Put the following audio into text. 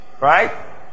right